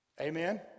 Amen